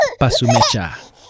Pasumecha